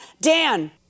Dan